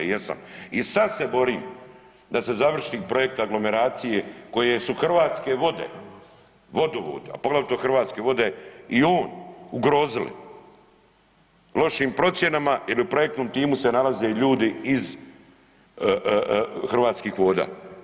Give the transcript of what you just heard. Jesam i sada se borim da se završi projekt aglomeracije koji su Hrvatske vode, Vodovod, a poglavito Hrvatske vode i on ugrozili lošim procjenama jer u projektnom timu se nalaze ljude iz Hrvatskih voda.